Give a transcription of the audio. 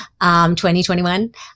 2021